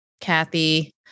Kathy